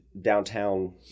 downtown